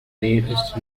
nearest